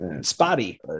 Spotty